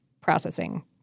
Processing